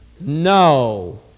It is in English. No